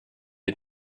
had